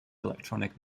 electronic